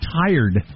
tired